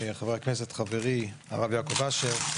חבר הכנסת חברי הרב יעקב אשר.